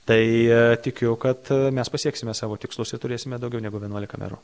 tai tikiu kad mes pasieksime savo tikslus turėsime daugiau negu vienuolika merų